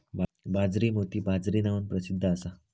बाजरी मोती बाजरी नावान प्रसिध्द असा